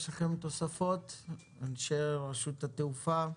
יש לכם תוספות, אנשי רשות שדות התעופה,